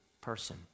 person